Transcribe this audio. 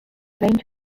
range